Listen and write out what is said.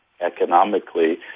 economically